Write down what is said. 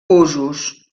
usos